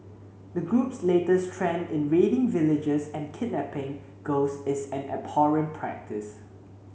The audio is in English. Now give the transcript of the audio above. the group's latest trend in raiding villages and kidnapping girls is an abhorrent practice